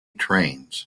trains